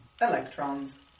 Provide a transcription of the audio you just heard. Electrons